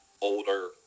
older